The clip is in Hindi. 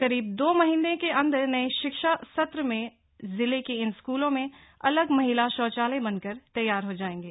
करीब दो महीने के अंदर नए शिक्षा सत्र में जिले के इन स्कूलों में अलग महिला शौचालय बनकर तैयार हो जाएंगे